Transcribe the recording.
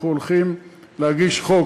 אנחנו הולכים להגיש חוק.